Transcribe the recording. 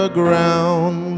ground